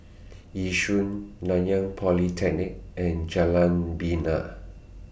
Yishun Nanyang Polytechnic and Jalan Bena